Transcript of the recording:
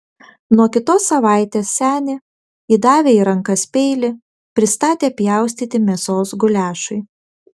nuo kitos savaitės senį įdavę į rankas peilį pristatė pjaustyti mėsos guliašui